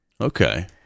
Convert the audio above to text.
okay